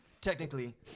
Technically